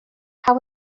how